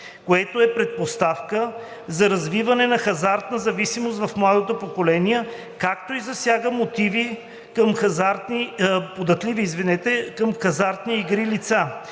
което е предпоставка за развиване на хазартна зависимост в младото поколение, както и засяга податливи към хазартни игри лица.